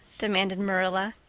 demanded marilla.